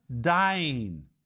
dying